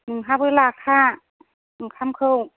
नोंहाबो लाखा ओंखामखौ